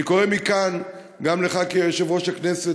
אני קורא מכאן גם לך כיושב-ראש הכנסת,